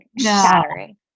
shattering